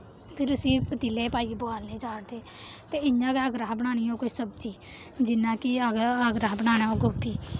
फिर उसी पतीले पाइये बोआलने ई चाढ़दे ते इ'यां गै अगर असें बनानी होऐ कोई सब्जी जि'यां कि अगर अगर असें बनाना होऐ गोबी